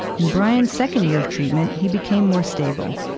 in brian's second year of treatment, he became more stable.